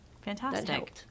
Fantastic